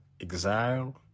exile